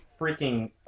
freaking